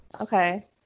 Okay